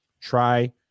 try